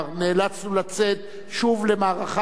נאלצנו לצאת שוב למערכה על